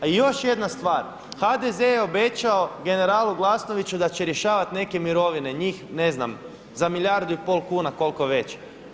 A još jedna stvar, HDZ je obećao generalu Glasnoviću da će rješavati neke mirovine, njih ne znam, za milijardu i pol kuna, koliko već.